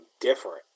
different